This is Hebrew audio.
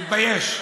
תתבייש.